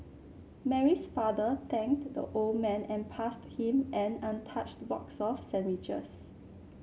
Mary's father thanked the old man and passed him an untouched box of sandwiches